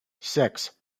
six